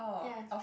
ya